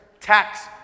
tax